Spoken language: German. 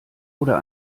oder